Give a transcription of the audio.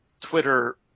Twitter